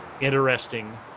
interesting